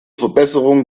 verbesserung